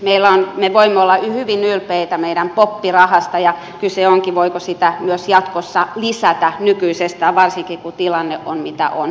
varmastikin me voimme olla hyvin ylpeitä meidän pop rahasta ja kyse onkin siitä voiko sitä myös jatkossa lisätä nykyisestään varsinkin kun tilanne on mitä on